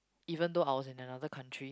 even though I was in another country